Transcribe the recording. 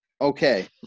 Okay